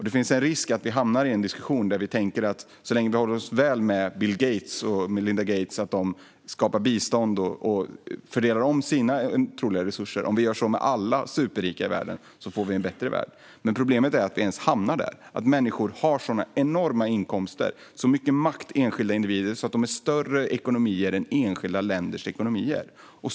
Det finns en risk för att vi tänker att så länge vi håller oss väl med Bill och Melinda Gates, så att de skapar bistånd och fördelar sina otroliga resurser, och gör det med alla andra superrika i världen får vi en bättre värld. Men problemet är att vi ens hamnat där, att enskilda individer har så mycket makt och sådana enorma inkomster att deras ekonomier är större än enskilda länders ekonomier.